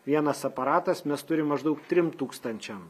vienas aparatas mes turim maždaug trim tūkstančiam